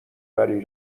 وری